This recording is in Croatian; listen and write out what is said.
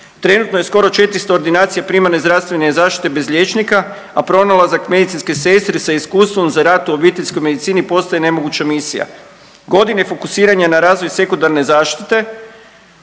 Trenutno je skoro 400 ordinacija primarne zdravstvene zaštite bez liječnika, a pronalazak medicinske sestre sa iskustvom za rad u obiteljskoj medicini postaje nemoguća misija. Godine fokusiranja na razvoj sekundarne zaštite